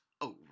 over